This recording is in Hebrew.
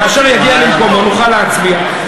כאשר יגיע למקומו נוכל להצביע.